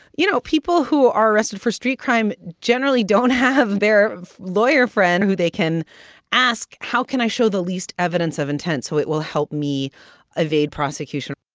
you know, people who are arrested for street crime generally don't have their lawyer friend who they can ask, how can i show the least evidence of intent? so it will help me evade prosecution